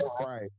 Right